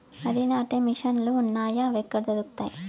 వరి నాటే మిషన్ ను లు వున్నాయా? అవి ఎక్కడ దొరుకుతాయి?